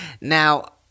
Now